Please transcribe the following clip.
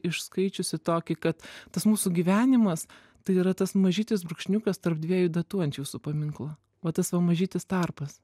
išskaičiusi tokį kad tas mūsų gyvenimas tai yra tas mažytis brūkšniukas tarp dviejų datų ant jūsų paminklo va tas va mažytis tarpas